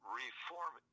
reform